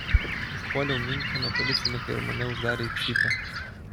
užpuoliau miuncheno policininką ir mane uždarė į cypę